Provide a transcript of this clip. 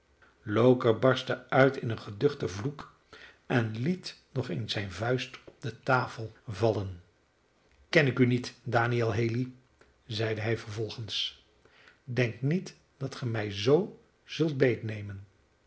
loker barstte uit in een geduchten vloek en liet nog eens zijne vuist op de tafel vallen ken ik u niet daniël haley zeide hij vervolgens denk niet dat ge mij zoo